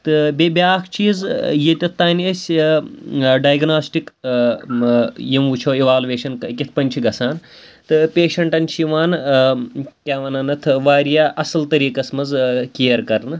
تہٕ بیٚیہِ بیٛاکھ چیٖز ییٚتیٚتھ تام أسۍ ڈایگناسٹِک یِم وٕچھو اِوالویشَن کِتھ پٲٹھۍ چھِ گَژھان تہٕ پیشَنٹَن چھِ یِوان کیٛاہ وَنان اَتھ واریاہ اَصٕل طٔریٖقَس منٛز کِیَر کَرنہٕ